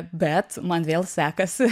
bet man vėl sekasi